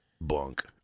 bunk